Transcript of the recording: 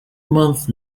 month